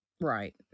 right